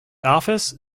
office